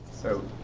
so